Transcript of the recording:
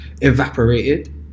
evaporated